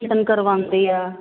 ਕਰਵਾਉਂਦੇ ਆ